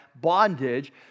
bondage